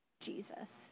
Jesus